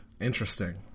Interesting